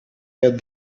had